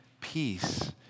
Peace